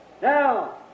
Now